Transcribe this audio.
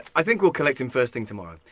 i think we'll collect him first thing tomorrow.